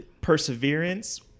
perseverance